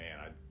man